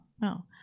no